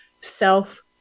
self